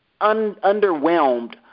underwhelmed